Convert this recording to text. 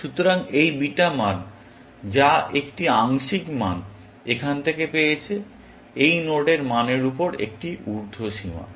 সুতরাং এই বিটা মান যা একটি আংশিক মান এখান থেকে পেয়েছে এই নোডের মানের উপর একটি উর্দ্ধ সীমা